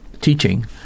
teaching